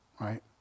right